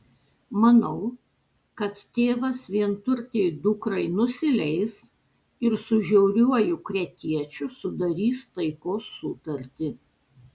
manau kad tėvas vienturtei dukrai nusileis ir su žiauriuoju kretiečiu sudarys taikos sutartį